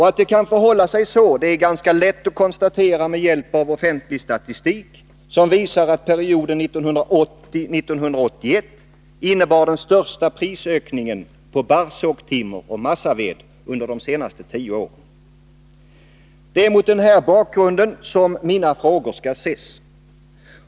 Att det kan förhålla sig så är ganska lätt att konstatera med hjälp av offentlig statistik, som visar att perioden 1980-1981 | innebar de största prisökningarna på barrsågtimmer och massaved under de senaste tio åren. Det är mot denna bakgrund som mina frågor skall ses.